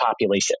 population